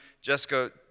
jessica